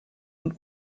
und